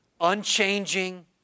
unchanging